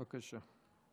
בבקשה.